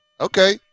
Okay